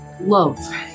love